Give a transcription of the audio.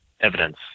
evidence